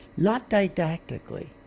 not didactically,